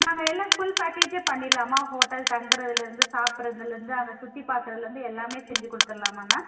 நாங்கள் எல்லாம் ஃபுல் பேக்கேஜூம் பண்ணிரலாமா ஹோட்டல் தங்குறதுலருந்து சாப்பிட்றதுலருந்து அங்கே சுற்றி பார்க்கறதுலருந்து எல்லாமே செஞ்சு கொடுத்தர்லாமா மேம்